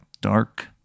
dark